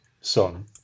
son